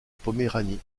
poméranie